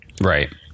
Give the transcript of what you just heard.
Right